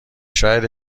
شاید